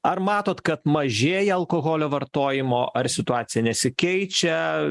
ar matot kad mažieji alkoholio vartojimo ar situacija nesikeičia